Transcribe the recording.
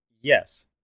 Yes